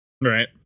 Right